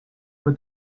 for